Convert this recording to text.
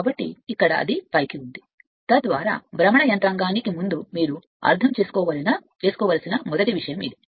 కాబట్టి ఇక్కడ అది పైకి ఉంది తద్వారా భ్రమణ యంత్రాంగానికి ముందు మీరు అర్థం చేసుకోవలసిన మొదటి విషయం ఇది